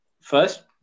first